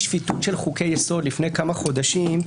שפיטוּת של חוקי יסוד לפני כמה חודשים,